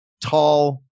tall